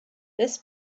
this